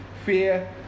fear